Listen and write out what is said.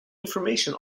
information